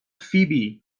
فیبی